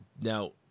Now